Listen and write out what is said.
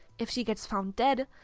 if she gets found dead,